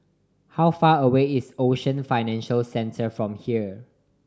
how far away is Ocean Financial Centre from here